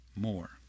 more